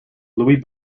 louie